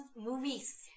movies